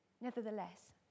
Nevertheless